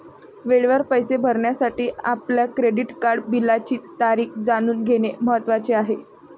वेळेवर पैसे भरण्यासाठी आपल्या क्रेडिट कार्ड बिलाची तारीख जाणून घेणे महत्वाचे आहे